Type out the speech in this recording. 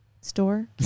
store